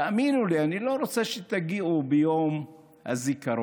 תאמינו לי, אני לא רוצה שתגיעו ביום הזיכרון